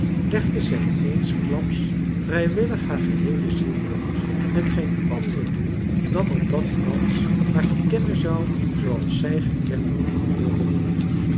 legde zij eensklaps vrijwillig haar geheele ziel bloot met geen ander doel dan opdat frans haar kennen zou zooals zij gekend wilde worden